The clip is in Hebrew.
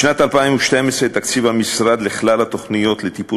בשנת 2012 תקציב המשרד לכלל התוכניות לטיפול